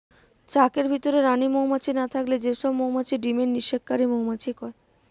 চাকের ভিতরে রানী মউমাছি না থাকলে যে সব মউমাছি ডিমের নিষেক কারি মউমাছি কয়